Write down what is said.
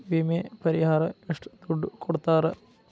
ವಿಮೆ ಪರಿಹಾರ ಎಷ್ಟ ದುಡ್ಡ ಕೊಡ್ತಾರ?